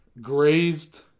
grazed